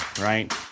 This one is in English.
right